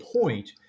point